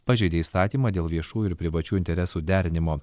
pažeidė įstatymą dėl viešųjų ir privačių interesų derinimo